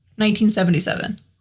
1977